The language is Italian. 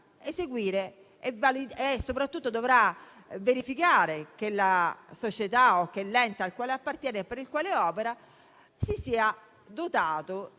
eseguire e soprattutto verificare che la società o che l'ente al quale appartiene e per il quale opera si sia dotato